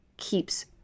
keeps